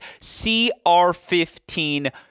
CR15